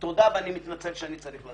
תודה, ואני מתנצל שאני צריך לצאת.